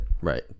Right